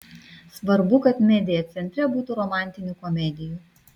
svarbu kad media centre būtų romantinių komedijų